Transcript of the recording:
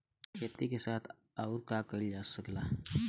खेती के साथ अउर का कइल जा सकेला?